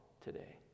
today